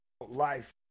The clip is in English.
life